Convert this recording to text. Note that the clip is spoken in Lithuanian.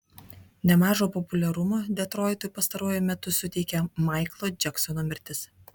nemažo populiarumo detroitui pastaruoju metu suteikė maiklo džeksono mirtis